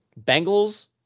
Bengals